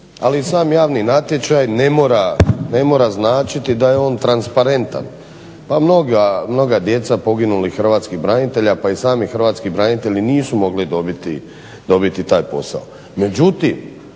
Ali sam javni natječaj ne mora znači da je on transparentan. Pa mnoga djeca poginulih hrvatskih branitelja pa i sami hrvatski branitelji nisu mogli dobiti taj posao.